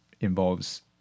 involves